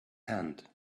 hand